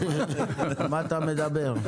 על מה אתה מדבר?